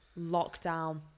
lockdown